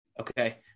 okay